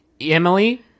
Emily